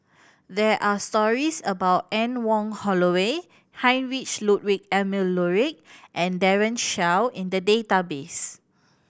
there are stories about Anne Wong Holloway Heinrich Ludwig Emil Luering and Daren Shiau in the database